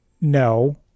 no